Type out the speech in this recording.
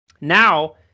now